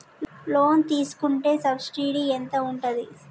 Loan తీసుకుంటే subsidy ఎంత ఉంటది?